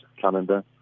calendar